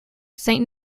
saint